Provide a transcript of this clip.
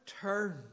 turn